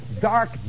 dark